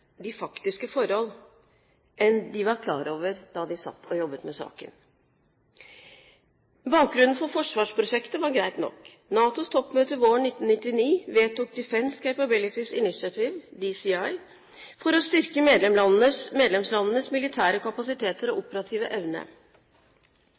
de faktiske forhold enn de var klar over da de satt og jobbet med saken. Bakgrunnen for forsvarsprosjektet var greit nok. NATOs toppmøte våren 1999 vedtok Defence Capabilities Initiative, DCI, for å styrke medlemslandenes militære kapasiteter og